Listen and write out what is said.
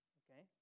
okay